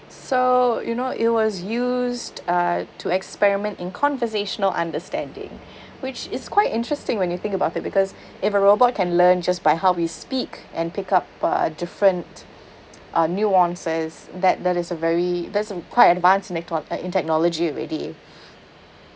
so you know it was used uh to experiment in conversational understanding which is quite interesting when you think about it because if a robot can learn just by how we speak and pick up but a different uh nuances that that is a very that's a quite advanced in that thought in technology already